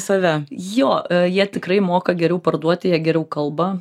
save jo jie tikrai moka geriau parduoti jie geriau kalba